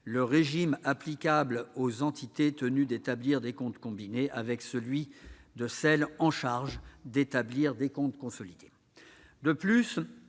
le régime applicable aux entités tenues d'établir des comptes combinés avec celui des entités qui sont chargées d'établir les comptes consolidés.